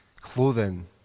clothing